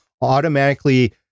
automatically